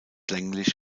länglich